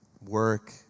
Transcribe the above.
work